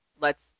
lets